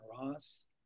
Ross*